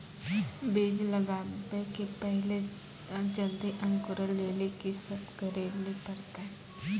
बीज लगावे के पहिले जल्दी अंकुरण लेली की सब करे ले परतै?